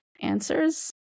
answers